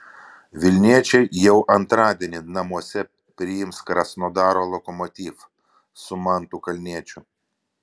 vilniečiai jau antradienį namuose priims krasnodaro lokomotiv su mantu kalniečiu